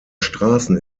straßen